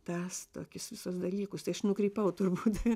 tas tokius visus dalykus tai aš nukrypau truputį